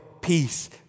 peace